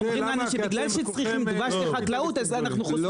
הם אומרים לנו שבגלל שצריכים דבש לחקלאות אז אנחנו --- שיהיה פה.